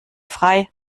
frei